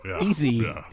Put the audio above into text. easy